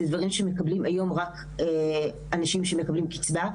דברים שמקבלים היום רק אנשים שמקבלים קצבה,